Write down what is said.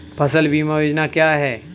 फसल बीमा योजना क्या है?